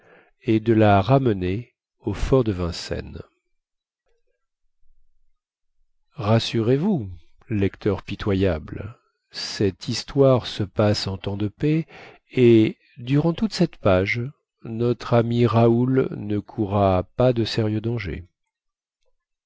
et de la ramener au fort de vincennes rassurez-vous lecteurs pitoyables cette histoire se passe en temps de paix et durant toute cette page notre ami raoul ne courra pas de sérieux dangers